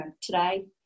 today